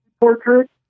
portrait